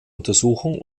untersuchung